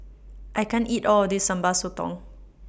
I can't eat All of This Sambal Sotong